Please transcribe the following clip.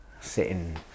sitting